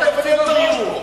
מה אתה מבלבל את הראש פה?